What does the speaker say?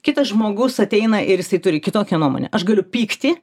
kitas žmogus ateina ir jisai turi kitokią nuomonę aš galiu pykti